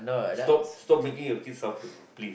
stop stop making your kid suffer please